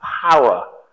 power